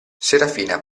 serafina